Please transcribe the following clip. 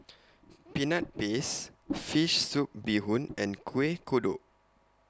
Peanut Paste Fish Soup Bee Hoon and Kueh Kodok